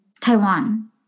taiwan